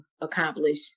accomplish